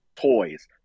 toys